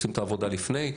עושים את העבודה לפני.